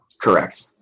Correct